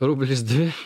rublis dvi